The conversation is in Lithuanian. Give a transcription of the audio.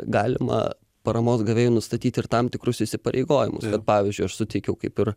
galima paramos gavėjui nustatyti ir tam tikrus įsipareigojimus kad pavyzdžiui aš suteikiau kaip ir